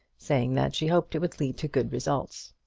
saying that she hoped it would lead to good results.